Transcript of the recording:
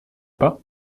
pas